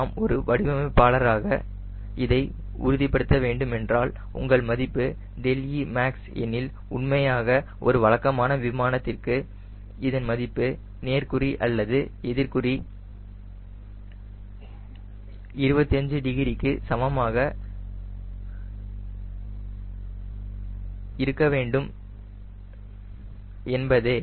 நாம் ஒரு வடிவமைப்பாளராக எதை உறுதிப்படுத்த வேண்டும் என்றால் உங்கள் மதிப்பு δemax எனில் உண்மையாக ஒரு வழக்கமான விமானத்திற்கு இதன் மதிப்பு நேர் குறி அல்லது எதிர் குறி 25 டிகிரிக்கு சமமாக இருக்க வேண்டும் என்பதே